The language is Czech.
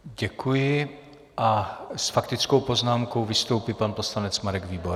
Děkuji a s faktickou poznámkou vystoupí pan poslanec Marek Výborný.